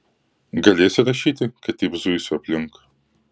galėsi rašyti kai taip zuisiu aplink